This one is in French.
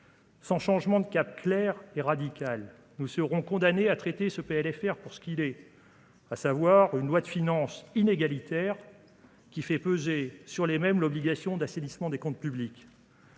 Sans changement de cap clair et radicale, nous serons condamnés à traiter ce PLFR pour ce qu'il est, à savoir une loi de finances inégalitaire qui fait peser sur les mêmes l'obligation d'assainissement des comptes publics.